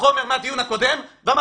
החומר מהדיון הקודם בעניין הטוטו,